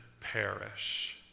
perish